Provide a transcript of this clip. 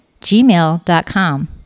gmail.com